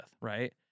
right